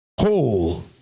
whole